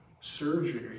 surgery